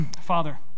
Father